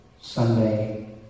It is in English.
Sunday